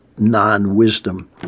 non-wisdom